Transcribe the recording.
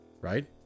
right